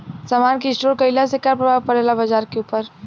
समान के स्टोर काइला से का प्रभाव परे ला बाजार के ऊपर?